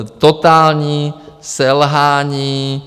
Totální selhání!